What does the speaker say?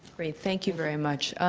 great. thank you very much.